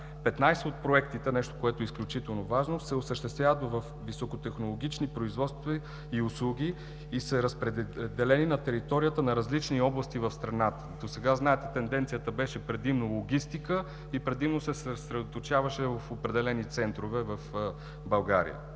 15 от проектите, което е изключително важно, се осъществяват във високотехнологични производства и услуги и са разпределени на територията на различни области в страната. Досега, знаете, тенденцията беше предимно логистика и предимно се съсредоточаваше в определени центрове в България.